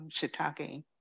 shiitake